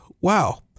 Wow